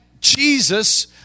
Jesus